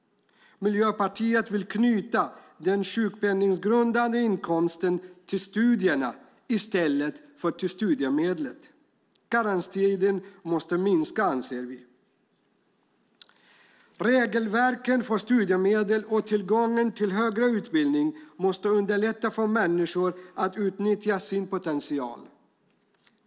Miljöpartiet vill knyta den sjukpenningsgrundande inkomsten till studierna i stället för till studiemedlet. Karenstiden måste minska, anser vi. Regelverken för studiemedel och tillgången till högre utbildning måste underlätta för människor att utnyttja sin potential.